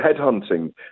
headhunting